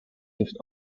have